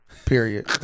Period